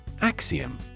Axiom